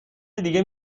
دیگه